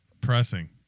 Pressing